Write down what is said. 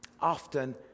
often